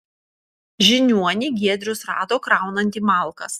žiniuonį giedrius rado kraunantį malkas